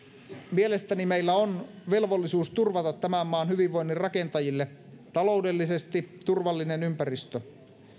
mielestäni meillä on velvollisuus turvata tämän maan hyvinvoinnin rakentajille taloudellisesti turvallinen ympäristö